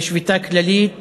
ושביתה כללית